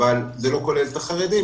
אבל זה לא כולל את החרדים,